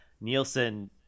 nielsen